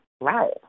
Right